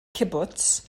cibwts